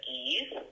ease